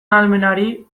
ahalmenari